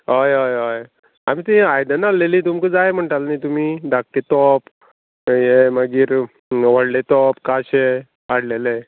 हय हय हय आमी तीं आयदनां हाडलेलीं तुमका जाय म्हणटाले न्ही तुमी धाकटे तोप ये मागीर व्हडले तोप काशे हाडलेले